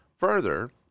Further